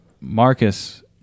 Marcus